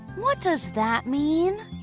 what does that mean?